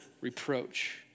reproach